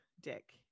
Dick